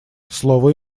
слово